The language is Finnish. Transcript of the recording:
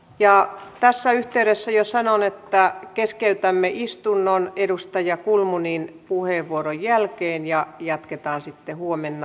ja tässä yhteydessä jo sanon että keskeytämme istunnon edustaja kulmunin puheenvuoron jälkeen ja jatketaan sitten huomenna